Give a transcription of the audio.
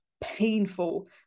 painful